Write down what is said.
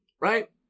right